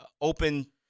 open